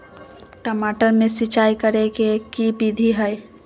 टमाटर में सिचाई करे के की विधि हई?